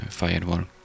firewall